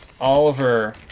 Oliver